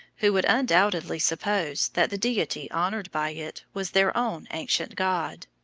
who would undoubtedly suppose that the deity honored by it was their own ancient god.